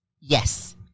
Yes